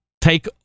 take